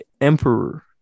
emperor